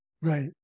right